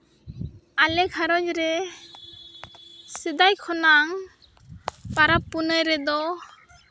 ᱟᱞᱮ ᱜᱷᱟᱨᱚᱸᱡᱽ ᱨᱮ ᱥᱮᱫᱟᱭ ᱠᱷᱚᱱᱟᱜ ᱯᱟᱨᱟᱵᱽ ᱯᱩᱱᱟᱹᱭ ᱨᱮᱫᱚ